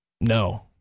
no